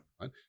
right